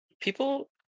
People